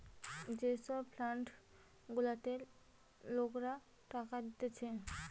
যে সব ফান্ড গুলাতে লোকরা টাকা দিতেছে